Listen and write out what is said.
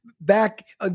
back